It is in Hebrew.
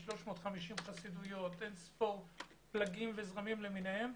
350 חסידויות, אין ספור פלגים וזרמים למיניהם.